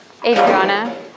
Adriana